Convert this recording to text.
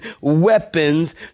weapons